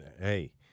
hey